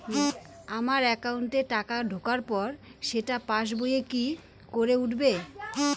আমার একাউন্টে টাকা ঢোকার পর সেটা পাসবইয়ে কি করে উঠবে?